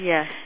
Yes